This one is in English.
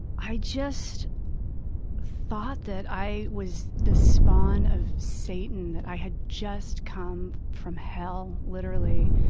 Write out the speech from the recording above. i just thought that i was the spawn of satan, that i had just come from hell, literally.